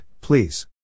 please